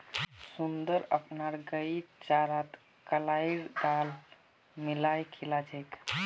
सुंदर अपनार गईक चारात कलाईर दाल मिलइ खिला छेक